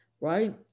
right